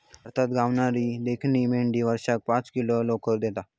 भारतात गावणारी दख्खनी मेंढी वर्षाक पाच किलो लोकर देता